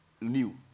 new